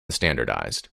standardized